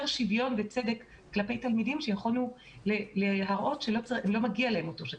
שוויון וצדק כלפי תלמידים שיכולנו להראות שלא מגיע להם ---.